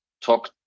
talk